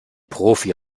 profi